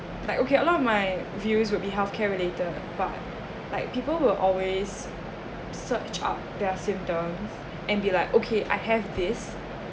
like okay a lot of my views will be health care related but like people will always search out their symptoms and be like okay I have this